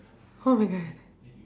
oh my god